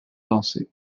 danser